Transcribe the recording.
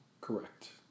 Correct